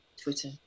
Twitter